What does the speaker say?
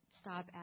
stop